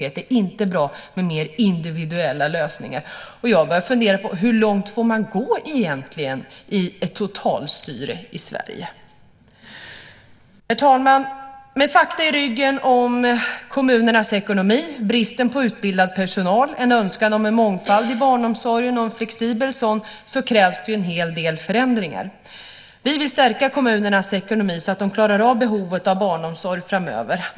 Det är inte bra med mer individuella lösningar. Jag börjar fundera: Hur långt får man gå egentligen i totalstyre i Sverige? Herr talman! Med fakta i ryggen om kommunernas ekonomi, bristen på utbildad personal och en önskan om mångfald i barnomsorgen, en flexibel sådan, ser man att det krävs en hel del förändringar. Vi vill stärka kommunernas ekonomi så att de klarar av behovet av barnomsorg framöver.